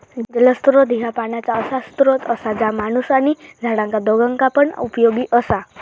जलस्त्रोत ह्या पाण्याचा असा स्त्रोत असा जा माणूस आणि झाडांका दोघांका पण उपयोगी असा